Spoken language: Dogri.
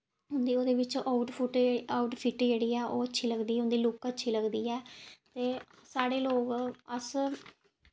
उं'दी ओह्दे बिच्च आउटफिट आउटफिट जेह्ड़ी ऐ अच्छी लगदी ऐ उं'दी लुक अच्छी लगदी ऐ ते साढ़े लोग अस